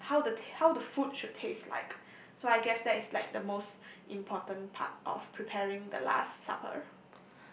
what how the taste how the food should taste like so I guess that's like the most important part of preparing the last supper